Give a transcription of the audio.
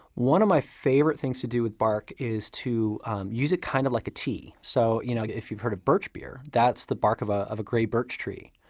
one of my favorite things to do with bark is to use it kind of like a tea. so you know if you've heard of birch beer, that's the bark of ah of a grey birch tree.